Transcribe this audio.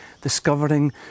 discovering